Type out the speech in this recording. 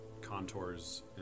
contours